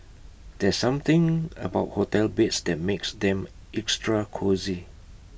there's something about hotel beds that makes them extra cosy